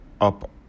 up